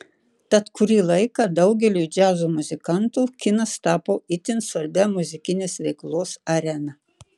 tad kurį laiką daugeliui džiazo muzikantų kinas tapo itin svarbia muzikinės veiklos arena